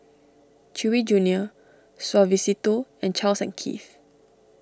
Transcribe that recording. Chewy Junior Suavecito and Charles and Keith